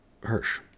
Hirsch